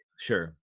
Sure